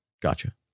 Gotcha